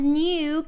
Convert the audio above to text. new